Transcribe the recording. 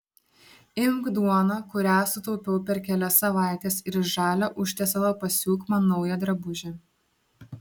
imk duoną kurią sutaupiau per kelias savaites ir iš žalio užtiesalo pasiūk man naują drabužį